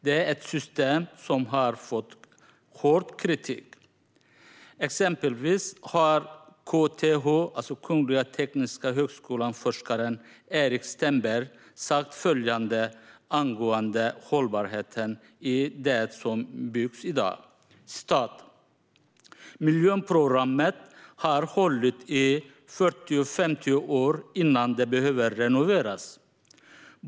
Det är ett system som har fått hård kritik. Exempelvis har Erik Stenberg, forskare vid KTH, Kungliga Tekniska högskolan, sagt följande angående hållbarheten hos det som byggs i dag: Miljonprogrammet har hållit i 40-50 år innan det behöver renoveras.